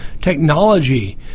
Technology